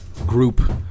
Group